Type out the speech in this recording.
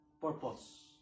purpose